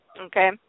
Okay